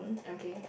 okay